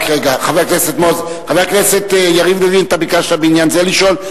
חבר הכנסת יריב לוין, אתה ביקשת בעניין זה לשאול?